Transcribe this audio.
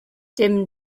dim